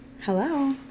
Hello